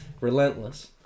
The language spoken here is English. relentless